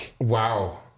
Wow